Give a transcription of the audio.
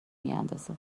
میندازه